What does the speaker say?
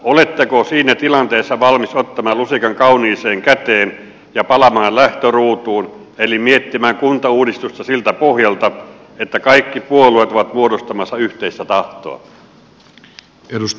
oletteko siinä tilanteessa valmis ottamaan lusikan kauniiseen käteen ja palaamaan lähtöruutuun eli miettimään kuntauudistusta siltä pohjalta että kaikki puolueet ovat muodostamassa yhteistä tahtoa